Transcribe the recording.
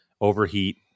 overheat